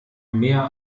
mehr